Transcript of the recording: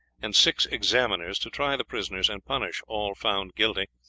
and six examiners, to try the prisoners and punish all found guilty,